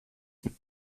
mit